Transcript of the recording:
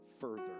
further